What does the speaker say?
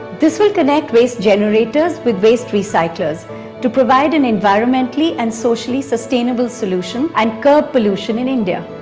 this will connect waste generators with waste recyclers to provide an environmentally and socially sustainable solution and curb pollution in india.